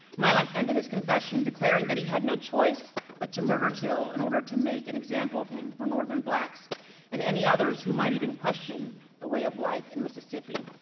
milam ended his confession declaring that he had no choice but to murder till, in order to make an example of him for northern blacks and any others who might even question the way of life in mississippi.